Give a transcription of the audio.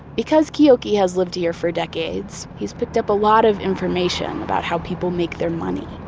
because keoki has lived here for decades, he's picked up a lot of information about how people make their money.